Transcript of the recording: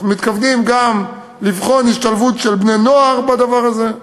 ואנחנו גם מתכוונים לבחון השתלבות של בני-נוער בדבר הזה,